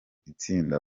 itsinda